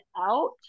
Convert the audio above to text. out